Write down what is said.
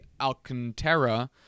Alcantara